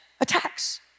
attacks